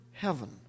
Heaven